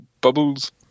Bubbles